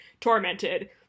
tormented